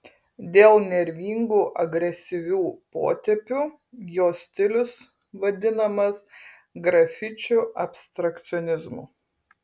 dėl nervingų agresyvių potėpių jo stilius vadinamas grafičių abstrakcionizmu